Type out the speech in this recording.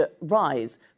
rise